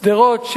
שדרות,